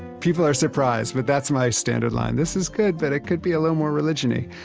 people are surprised, but that's my standard line this is good, but it could be a little more religion-y.